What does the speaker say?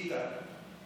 איתן,